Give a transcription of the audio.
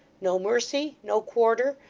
no mercy, no quarter,